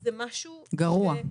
זה גרוע.